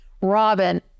Robin